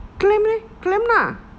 claim leh claim lah